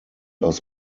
aus